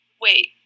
Wait